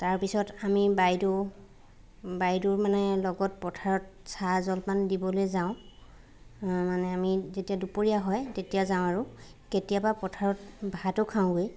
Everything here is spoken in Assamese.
তাৰপিছত আমি বাইদেউ বাইদেউৰ মানে লগত পথাৰত চাহ জলপান দিবলৈ যাওঁ আ মানে আমি যেতিয়া দুপৰীয়া হয় তেতিয়া যাওঁ আৰু কেতিয়াবা পথাৰত ভাতো খাওঁগৈ